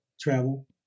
travel